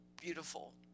beautiful